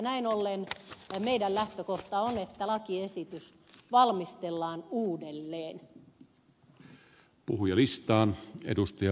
näin ollen meidän esityksemme on että lakiesitys valmistellaan uudelleen